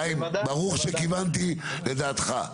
חיים, ברוך שכיוונתי את דעתך.